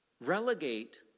relegate